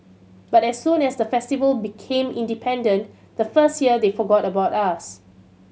but as soon as the Festival became independent the first year they forgot about us